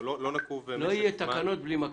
לא יהיו תקנות בלי מקסימום.